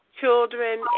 children